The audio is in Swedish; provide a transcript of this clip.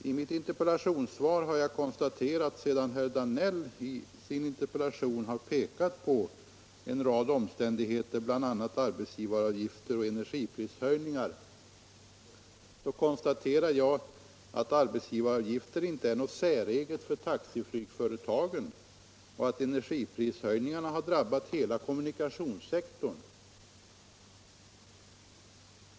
I mitt interpellationssvar har jag konstaterat, sedan herr Danell i sin interpellation har pekat på en rad omständigheter, bl.a. arbetsgivaravgifter och energiprishöjningar, att arbetsgivaravgifter inte är något säreget för taxiflygföretagen och att energiprishöjningarna har drabbat hela kommunikationssektorn.